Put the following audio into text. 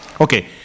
Okay